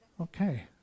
Okay